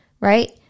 Right